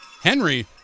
Henry